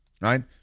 right